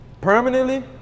Permanently